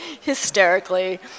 hysterically